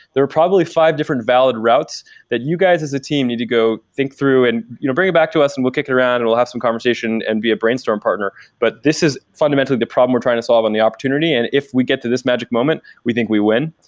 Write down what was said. there are probably five different valid routes that you guys as a team need to go think through and you know bring it back to us and we'll kick it around and we'll have some conversation and be a brainstorm partner, but this is fundamentally the problem we're trying to solve on the opportunity, and if we get to this magic moment, we think we win.